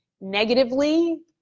negatively